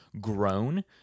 grown